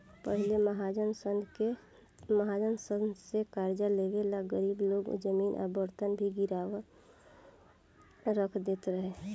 पहिले महाजन सन से कर्जा लेवे ला गरीब लोग जमीन आ बर्तन भी गिरवी रख देत रहे